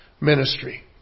ministry